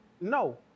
No